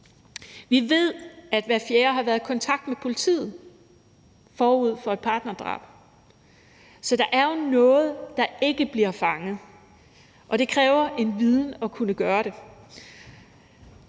Vi ved, at hver fjerde har været i kontakt med politiet forud for et partnerdrab. Så der er jo noget, der ikke bliver fanget, og det kræver en viden at kunne gøre det.